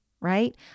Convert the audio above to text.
right